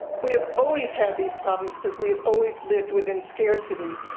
we have always had these problems because we have always lived within scarcity,